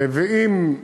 ואם,